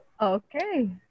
Okay